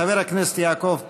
חבר הכנסת יעקב פרי,